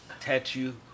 Tattoo